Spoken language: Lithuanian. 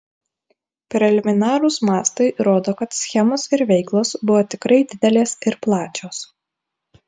preliminarūs mastai rodo kad schemos ir veikos buvo tikrai didelės ir plačios